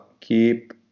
keep